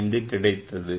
075 கிடைத்தது